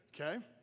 Okay